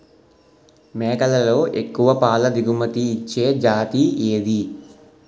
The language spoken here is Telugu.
మేకలలో ఎక్కువ పాల దిగుమతి ఇచ్చే జతి ఏది?